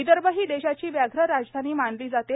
विदर्भ ही देशाची व्याघ्र राजधानी मानली जाते